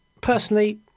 Personally